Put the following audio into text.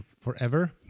forever